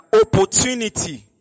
opportunity